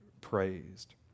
praised